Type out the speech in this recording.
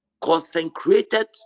consecrated